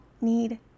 need